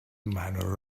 minor